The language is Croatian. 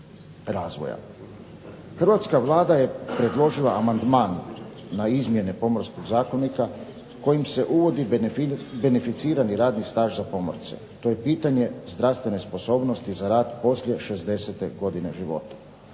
Hrvatska Vlada je predložila amandman na izmjene Pomorskog zakonika kojim se uvodi beneficirani radni staž za pomorce. To je pitanje zdravstvene sposobnosti za rad poslije 60 godine života.